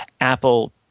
Apple